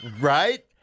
right